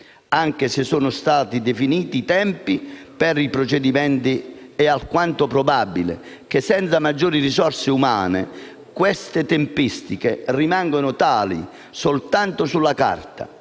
Anche se sono stati definiti i tempi per i procedimenti, è alquanto probabile che senza maggiori risorse umane queste tempistiche rimangano tali soltanto sulla carta.